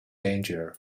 danger